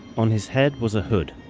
on his head was a hood,